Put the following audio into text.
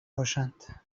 باشند